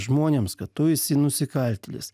žmonėms kad tu esi nusikaltėlis